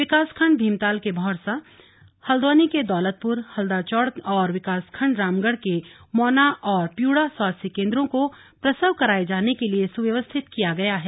विकासखण्ड भीमताल के भौर्सा हल्द्वानी के दौलतपुर हल्दूचौड़ और विकासखण्ड रामगढ़ के मौना और प्यूड़ा स्वास्थ्य केन्द्रों को प्रसव कराये जाने के लिए सुव्यवस्थित किया गया है